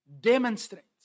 demonstrates